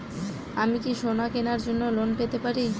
আমি কি সোনা কেনার জন্য লোন পেতে পারি?